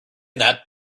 that